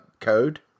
code